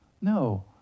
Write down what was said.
No